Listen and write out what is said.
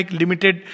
limited